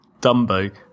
Dumbo